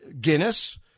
Guinness